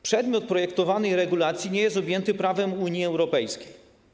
Przedmiot projektowanej regulacji nie jest objęty prawem Unii Europejskiej.